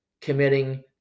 committing